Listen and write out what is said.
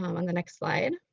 um on the next slide.